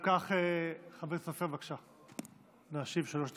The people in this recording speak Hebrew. אם כך, חבר הכנסת סופר, בבקשה להשיב, שלוש דקות.